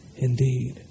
Indeed